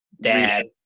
dad